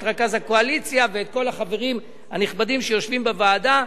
את רכז הקואליציה ואת כל החברים הנכבדים שיושבים בוועדה.